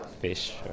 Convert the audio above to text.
fish